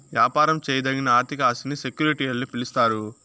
యాపారం చేయదగిన ఆర్థిక ఆస్తిని సెక్యూరిటీలని పిలిస్తారు